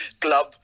club